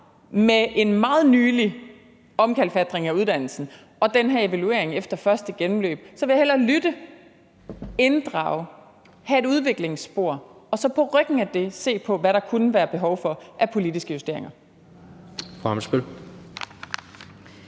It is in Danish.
med en meget nylig omkalfatring af uddannelsen og den her evaluering efter første gennemløb lytte, inddrage, have et udviklingsspor og så på ryggen af det se på, hvad der kunne være behov for af politiske justeringer.